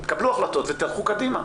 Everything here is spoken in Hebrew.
קבלו החלטות ותלכו קדימה.